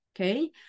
okay